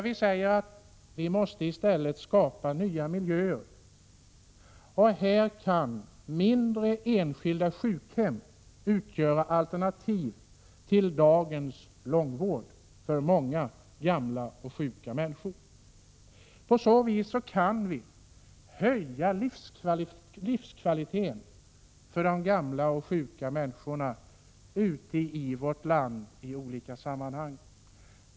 Vi måste i stället skapa nya miljöer. Här kan enskilda mindre sjukhem utgöra alternativ till dagens långvård för många gamla och sjuka människor. På så sätt kan vi höja livskvaliteten för de gamla och sjuka människorna ute i vårt land i olika sammanhang.